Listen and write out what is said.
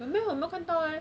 but 没有我没有看到 eh